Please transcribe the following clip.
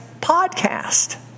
podcast